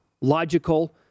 logical